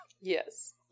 Yes